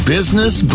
Business